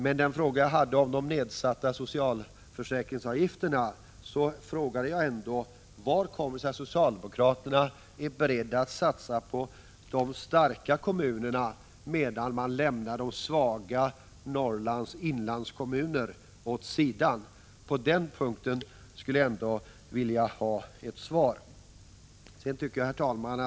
Jag hade emellertid en fråga om de nedsatta socialförsäkringsavgifterna. Hur kommer det sig att socialdemokraterna är beredda att satsa på de starka kommunerna, medan de lämnar Norrlands svaga inlandskommuner åt sidan? Och på den frågan skulle jag ändå vilja ha ett svar. i Herr talman!